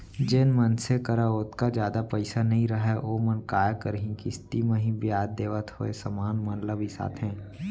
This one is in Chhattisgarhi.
जेन मनसे करा ओतका जादा पइसा नइ रहय ओमन काय करहीं किस्ती म ही बियाज देवत होय समान मन ल बिसाथें